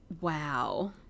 Wow